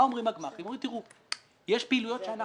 אם אתה בא ואומר לי שלא היה